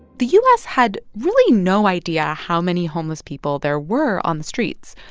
the u s. had really no idea how many homeless people there were on the streets.